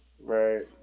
Right